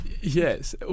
yes